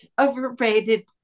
overrated